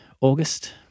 August